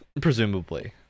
presumably